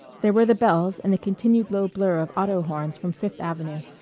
there were the bells and the continued low blur of auto horns from fifth avenue,